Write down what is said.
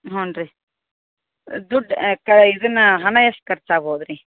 ಹ್ಞೂ ರೀ ದುಡ್ಡು ಕ ಇದನ್ನ ಹಣ ಎಷ್ಟು ಖರ್ಚು ಆಗ್ಬೋದು ರೀ